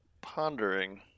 pondering